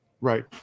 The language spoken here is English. Right